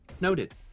Noted